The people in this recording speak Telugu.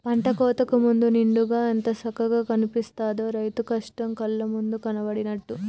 పంట కోతకు ముందు నిండుగా ఎంత సక్కగా కనిపిత్తదో, రైతు కష్టం కళ్ళ ముందు కనబడినట్టు